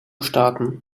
starten